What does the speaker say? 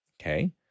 okay